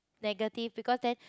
negative because then